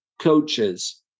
coaches